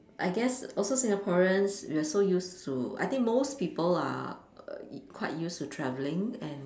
I guess also Singaporeans we are so used to I think most people are err quite used to travelling and